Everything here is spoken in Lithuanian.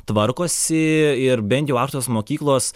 tvarkosi ir bent jau aukštosios mokyklos